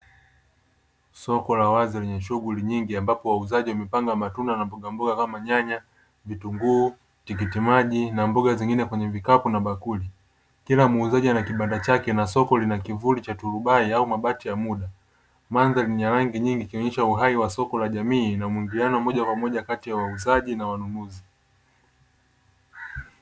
Soko la wazi lenye shughuli nyingi ambapo wauzaji wamepanga matunda na mbogamboga kama nyanya, vitunguu, tikiti maji na mboga zingine kwenye vikapu na bakuli, kila muuzaji ana kibanda chake na soko lina kivuli cha turubai au mabati ya muda mandhari niya rangi nyingi ikionyesha uhai wa soko la jamii na mwingana moja kwa moja kati ya wauzaji na wanunuzi.